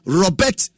robert